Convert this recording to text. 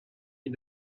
est